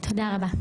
תודה רבה.